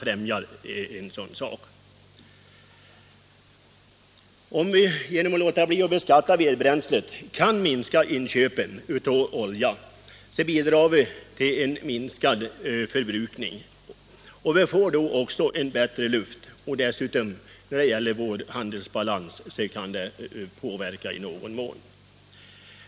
Om vi genom att låta bli att beskatta vedbränslet kan minska inköpen av olja bidrar vi också till en minskad oljeförbrukning. Vi får då bättre luft. Det kan dessutom i någon mån påverka vår handelsbalans.